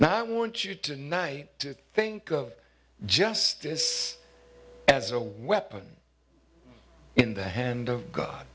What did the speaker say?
now i want you tonight to think of justice as a weapon in the hand of god